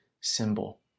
symbol